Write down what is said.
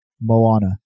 Moana